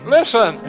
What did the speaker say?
Listen